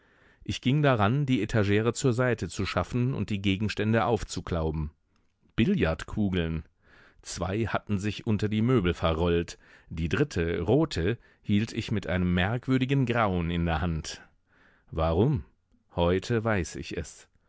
ich ging daran die etagere zur seite zu schaffen und die gegenstände aufzuklauben billardkugeln zwei hatten sich unter die möbel verrollt die dritte rote hielt ich mit einem merkwürdigen grauen in der hand warum heute weiß ich es